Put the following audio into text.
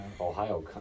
Ohio